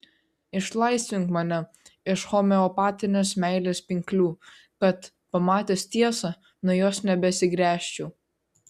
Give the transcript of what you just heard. išlaisvink mane iš homeopatinės meilės pinklių kad pamatęs tiesą nuo jos nebesigręžčiau